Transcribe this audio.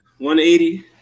$180